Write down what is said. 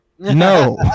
No